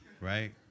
right